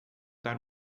dar